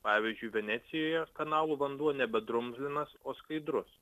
pavyzdžiui venecijoje kanalų vanduo nebe drumzlinas o skaidrus